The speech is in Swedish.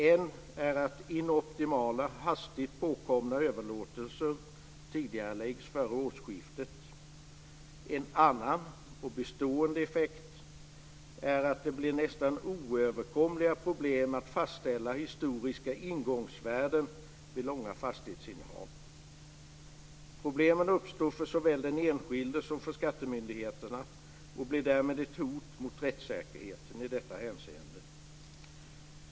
En är att inoptimala, hastigt påkomna överlåtelser tidigareläggs före årsskiftet. En annan och bestående effekt är att det blir nästan oöverkomliga problem att fastställa historiska ingångsvärden vid långa fastighetsinnehav. Problemen uppstår såväl för den enskilde som för skattemyndigheterna och blir därmed ett hot mot rättssäkerheten i detta hänseende.